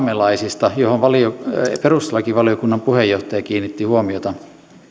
saamelaisista joihin perustuslakivaliokunnan puheenjohtaja kiinnitti huomiota